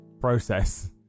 process